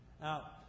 Now